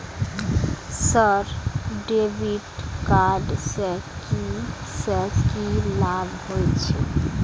Sir debit card से की से की लाभ हे छे?